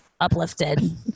uplifted